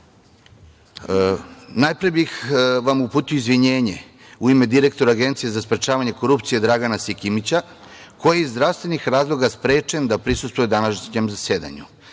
godinu. Najpre bih vam uputio izvinjenje u ime direktora Agencije za sprečavanje korupcije, Dragana Sikimića, koji je iz zdravstvenih razloga sprečen da prisustvuje današnjem zasedanju.